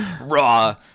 raw